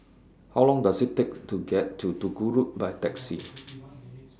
How Long Does IT Take to get to Duku Road By Taxi